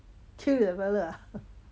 kill that fella ah